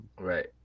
Right